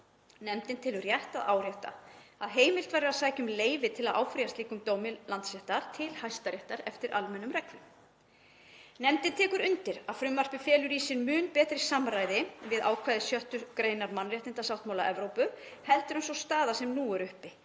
Nefndin telur rétt að árétta að heimilt verður að sækja um leyfi til að áfrýja slíkum dómi Landsréttar til Hæstaréttar eftir almennum reglum. Nefndin tekur undir að frumvarpið felur í sér mun betra samræmi við ákvæði 6. gr. mannréttindasáttmála Evrópu heldur en sú staða sem nú er uppi